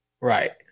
Right